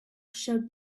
showed